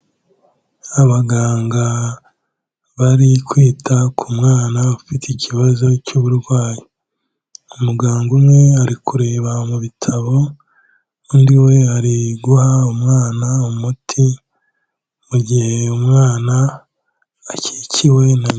Abaganga bari kwita ku mwana ufite ikibazo cy'uburwayi, umuganga umwe ari kureba mu bitabo, undi we ari guha umwana umuti, mu gihe umwana akikiwe na nyina.